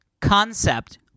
concept